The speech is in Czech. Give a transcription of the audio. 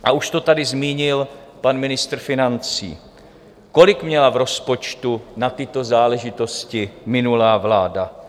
A už to tady zmínil pan ministr financí: kolik měla v rozpočtu na tyto záležitosti minulá vláda?